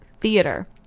theater